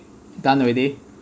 done already